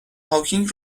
هاوکینگ